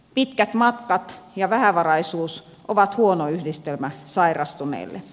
pitkät matkat ja vähävaraisuus ovat huono yhdistelmä sairastuneille